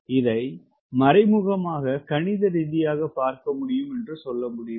இதை மறைமுகமாக கணித ரீதியாக பார்க்க முடியும் என்று சொல்ல முடியும்